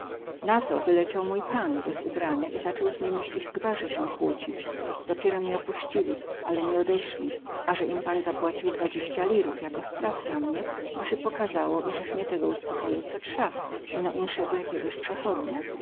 na to wyleciał mój pan bez ubrania i zacął z nimi w ich gwarze sie kłócić dopiero mie opuścili ale nie odeśli aze im pan zapłacił dwadzieścia lirów jako śtraf za mnie bo sie pokazało izech nie tego uspokoił co trza ino insego jakiegoś przechodnia